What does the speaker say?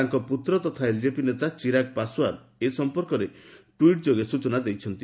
ତାଙ୍କ ପୁତ୍ର ତଥା ଏଲ୍ଜେପି ନେତା ଚିରାଗ ପାଶ୍ୱାନ ଏ ସଂପର୍କରେ ଟ୍ୱିଟ୍ ଯୋଗେ ସୂଚନା ଦେଇଛନ୍ତି